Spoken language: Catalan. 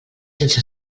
sense